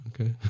Okay